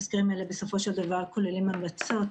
התזכירים האלה בסופו של דבר כוללים המלצות,